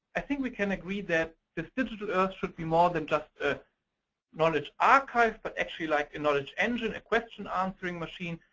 i think we can agree that this digital earth should be more than just a knowledge archive, but actually like a knowledge engine a question answering machine.